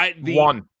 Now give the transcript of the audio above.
One